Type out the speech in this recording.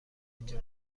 اینجا